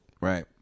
Right